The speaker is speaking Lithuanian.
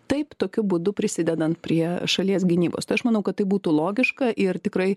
taip tokiu būdu prisidedant prie šalies gynybos aš manau kad tai būtų logiška ir tikrai